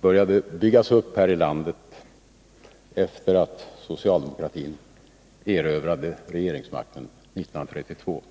började byggas upp här i landet efter det att socialdemokratin erövrade regeringsmakten 1932.